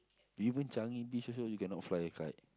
even Changi-Beach also you cannot fly a kite